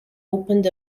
opened